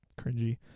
cringy